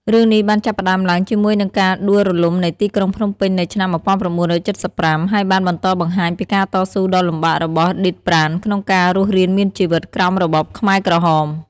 រឿងនេះបានចាប់ផ្ដើមឡើងជាមួយនឹងការដួលរលំនៃទីក្រុងភ្នំពេញនៅឆ្នាំ ១៩៧៥ ហើយបានបន្តបង្ហាញពីការតស៊ូដ៏លំបាករបស់ឌីត ប្រាន់ ក្នុងការរស់រានមានជីវិតក្រោមរបបខ្មែរក្រហម។